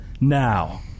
now